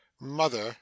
Mother